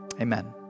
amen